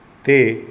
ते